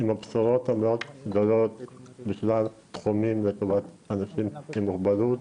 הבשורות המאוד גדולות בשלל תחומים לטובת אנשים עם מוגבלות.